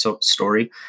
story